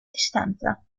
distanza